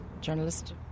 journalist